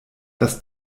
das